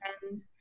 friends